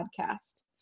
Podcast